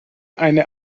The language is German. eine